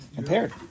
impaired